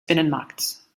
binnenmarkts